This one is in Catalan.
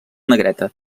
negreta